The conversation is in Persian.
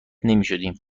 نمیشدیم